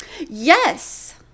Yes